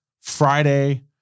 Friday